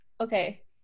Okay